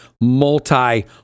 multi